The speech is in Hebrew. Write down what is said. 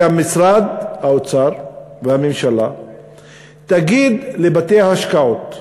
שמשרד האוצר והממשלה יגידו לבתי-ההשקעות,